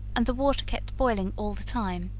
and the water kept boiling all the time,